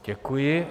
Děkuji.